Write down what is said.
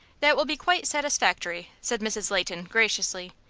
that will be quite satisfactory, said mrs. leighton, graciously.